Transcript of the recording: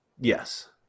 Yes